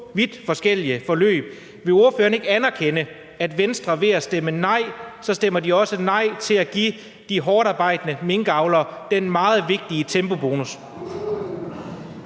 vidt forskellige forløb. Vil ordføreren ikke anerkende, at Venstre ved at stemme nej også stemmer nej til at give de hårdtarbejdende minkavlere den meget vigtige tempobonus?